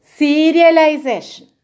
serialization